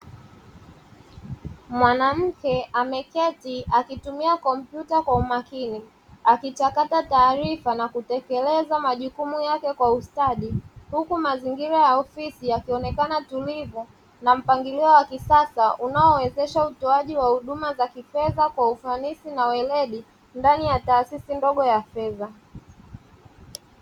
Mwanamke ameketi akitumia kompyuta kwa makini, akichakata tarifa na kutekeleza majukumu yake kwa ustadi, huku mazingira ya ofisi yakionekana tulivu na mpangilio wa kisasa unaowezesha utoaji wa huduma za kifedha kwa ufanisi na weledi ndani ya taasisi ndogo ya fedha.